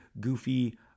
goofy